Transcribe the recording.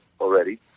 already